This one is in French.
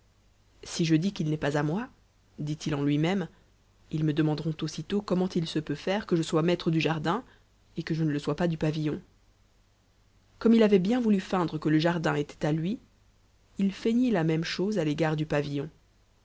si je dis qu'i n'est pas à moi dit-il en lui-même ils me demanderont aussitôt comment il se peut faire que je sois maître du jardin et que je ne le sois pas du pavi on d comme il avait bien voulu feindre que le jardin était à lui il feignit la même chose à l'égard du pavillon